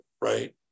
right